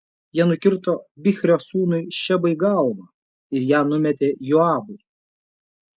jie nukirto bichrio sūnui šebai galvą ir ją numetė joabui